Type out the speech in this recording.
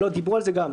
דיברו על זה גם.